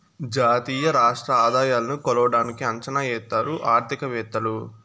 జాతీయ రాష్ట్ర ఆదాయాలను కొలవడానికి అంచనా ఎత్తారు ఆర్థికవేత్తలు